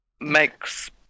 Makes